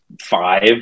five